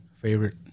Favorite